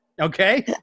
okay